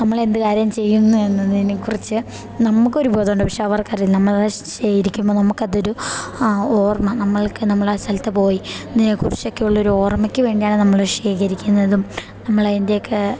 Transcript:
നമ്മളെന്തു കാര്യം ചെയ്യുന്നു എന്നതിനെക്കുറിച്ച് നമുക്കൊരു ബോധമുണ്ട് പക്ഷെ അവർക്കറിയുക നമ്മളത് ശേഖരിക്കുമ്പോൾ നമുക്കതൊരു ആ ഓർമ്മ നമ്മൾക്ക് നമ്മൾ ആ സ്ഥലത്തുപോയി ഇതിനെക്കുറിച്ചൊക്കെ ഉള്ളൊരു ഓർമ്മയ്ക്ക് വേണ്ടിയാണ് നമ്മൾ ശേഖരിക്കുന്നതും നമ്മൾ അതിൻ്റെയൊക്കെ